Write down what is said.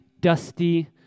dusty